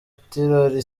tirol